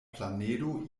planedo